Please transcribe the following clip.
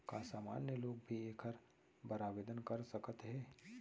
का सामान्य लोग भी एखर बर आवदेन कर सकत हे?